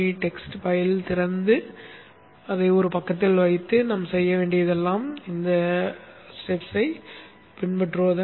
txt பைலை திறந்து அதை ஒரு பக்கத்தில் வைத்து நாம் செய்ய வேண்டியதெல்லாம் படிகளைப் பின்பற்றுவதுதான்